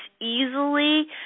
easily